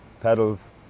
Pedals